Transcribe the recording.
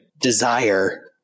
desire